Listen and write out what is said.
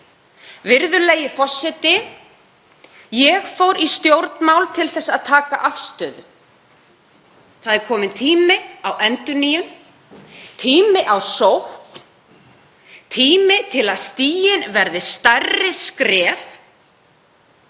Virðulegi forseti. Ég fór í stjórnmál til að taka afstöðu. Það er kominn tími á endurnýjun, tími á sókn, tími til að stigin verði stærri skref